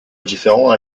indifférent